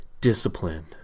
Discipline